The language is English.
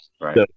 Right